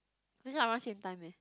wake up around same time eh